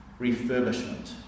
refurbishment